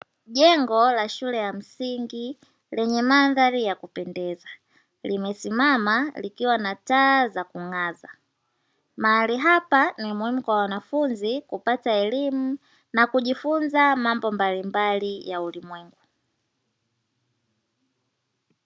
Jengo la shule ya msingi lenye mandhari ya kupendeza, limesimama likiwa na taa za kung'aza. Mahali hapa ni muhimu kwa wanafunzi kupata elimu na kujifunza mambo mbalimbali ya ulimwengu.